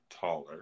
taller